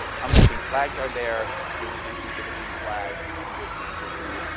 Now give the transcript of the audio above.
how many pink flags are there? pays attention to the pink flags and gives the answer, two.